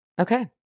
Okay